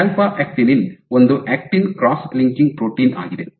alpha actinin ಒಂದು actin cross linking protein ಆಗಿದೆ